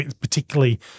particularly